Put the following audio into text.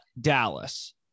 Dallas